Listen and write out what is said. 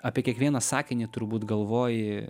apie kiekvieną sakinį turbūt galvoji